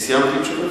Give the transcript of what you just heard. אני סיימתי.